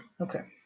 Okay